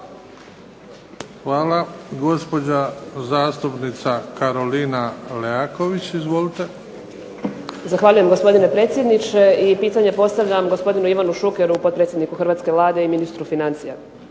(HDZ)** Hvala. Gospođa zastupnica Karolina Leaković. Izvolite. **Leaković, Karolina (SDP)** Zahvaljujem gospodine predsjedniče i pitanje postavljam gospodinu Ivanu Šukeru, potpredsjedniku hrvatske Vlade i ministru financija.